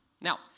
Now